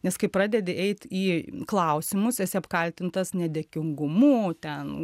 nes kai pradedi eit į klausimus esi apkaltintas nedėkingumu ten